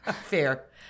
fair